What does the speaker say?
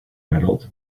rattled